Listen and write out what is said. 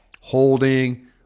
holding